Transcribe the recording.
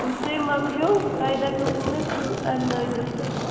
سۄے مَکلیو تۄہہِ دَپیو مےٚ سُہ اَنٛنٲے زِ تہٕ